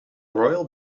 royal